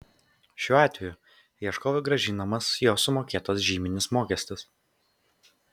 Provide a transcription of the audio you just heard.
šiuo atveju ieškovui grąžinamas jo sumokėtas žyminis mokestis